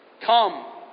Come